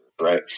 Right